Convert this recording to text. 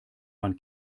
man